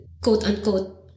quote-unquote